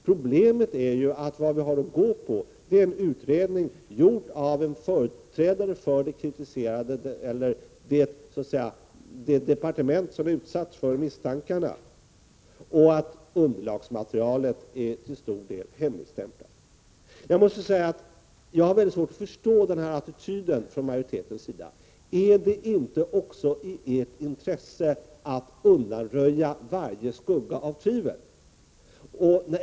Problemet är att vad vi har att utgå från är en utredning som är gjord av företrädare för det departement som är utsatt för misstankarna och att underlagsmaterialet till stor del är hemligstämplat. Jag har mycket svårt att förstå denna attityd från majoritetens sida. Ligger det inte även i ert intresse att undanröja varje skugga av tvivel?